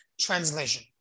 translation